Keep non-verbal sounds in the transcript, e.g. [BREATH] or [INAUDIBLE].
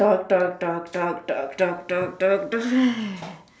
talk talk talk talk talk talk talk talk talk [BREATH]